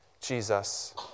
Jesus